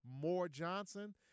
Moore-Johnson